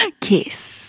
Kiss